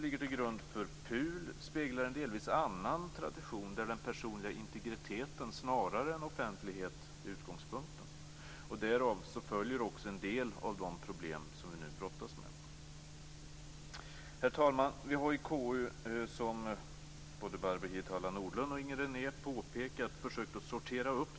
KU anger att det behövs en ny teknikoberoende lagstiftning till skydd för den personliga integriteten och att det bör genomföras en översyn av EG direktiven för att man skall kunna åstadkomma en förändring som tar sikte på en missbruksmodell. Det är ett bra förslag till beslut.